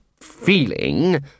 feeling